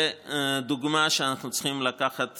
אם הן דוגמה שאנחנו צריכים לקחת